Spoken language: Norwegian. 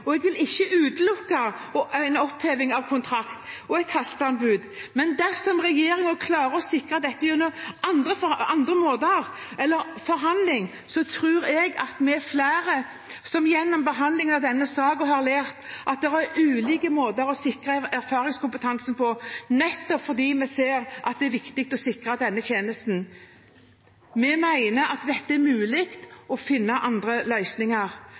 og jeg vil ikke utelukke en oppheving av kontrakten og et hasteanbud, men dersom regjeringen klarer å sikre dette på andre måter eller gjennom forhandling, tror jeg at vi er flere som gjennom behandling av denne saken har lært at det er ulike måter å sikre erfaringskompetanse på, nettopp fordi vi ser at det er viktig å sikre denne tjenesten. Vi mener at det er mulig å finne andre løsninger.